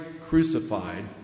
crucified